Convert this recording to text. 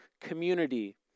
community